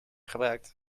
gebruikt